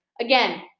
Again